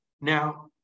Now